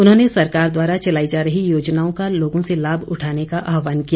उन्होंने सरकार द्वारा चलाई जा रही योजनाओं का लोगों से लाभ उठाने का आहवान किया